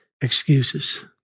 Excuses